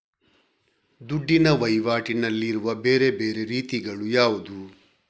ದುಡ್ಡಿನ ವಹಿವಾಟಿನಲ್ಲಿರುವ ಬೇರೆ ಬೇರೆ ರೀತಿಗಳು ಯಾವುದು?